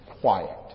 quiet